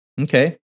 Okay